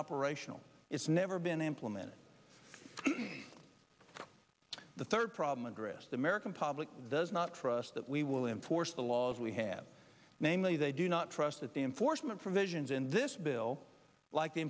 operational it's never been implemented the third problem addressed the american public does not trust that we will enforce the laws we have namely they do not trust that the enforcement provisions in this bill like the